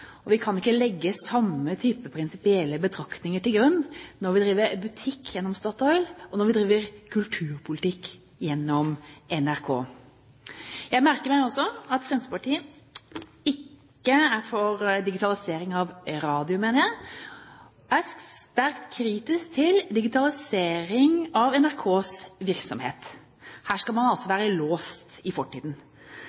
at vi ikke kan legge samme type prinsipielle betraktninger til grunn når vi driver butikk gjennom Statoil, som når vi driver kulturpolitikk gjennom NRK. Jeg merker meg også at Fremskrittspartiet ikke er for digitalisering av radiomediet og er sterkt kritisk til digitalisering av NRKs virksomhet. Her skal man altså